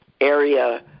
area